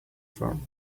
from